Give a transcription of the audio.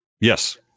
Yes